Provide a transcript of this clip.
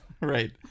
Right